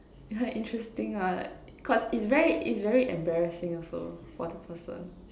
interesting ah like cause it's very it's very embarrassing also for the person